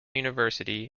university